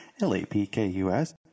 L-A-P-K-U-S